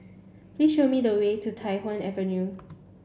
please show me the way to Tai Hwan Avenue